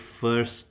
first